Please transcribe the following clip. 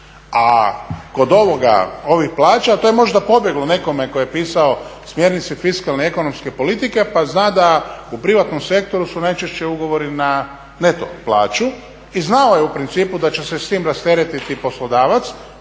A kod ovih plaća, to je možda pobjeglo nekome tko je pisao smjernice fiskalne ekonomske politike pa zna da u privatnom sektoru su najčešće ugovori na neto plaću. I znao je u principu da će se s tim rasteretiti poslodavac